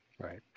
Right